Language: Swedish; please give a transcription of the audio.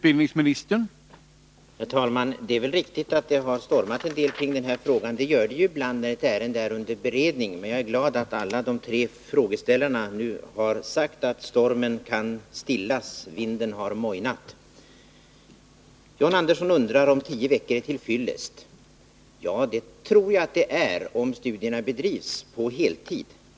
Herr talman! Det är riktigt att det stormat en del kring denna fråga. Det gör det ju ibland när ett ärende är under beredning. Jag är glad för att alla tre frågeställare nu sagt att stormen kan stillas — vinden har mojnat. John Andersson undrar om tio veckor är till fyllest. Ja, det tror jag att det är, om studierna bedrivs på heltid.